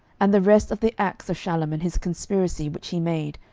and the rest of the acts of shallum, and his conspiracy which he made,